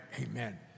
amen